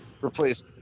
replace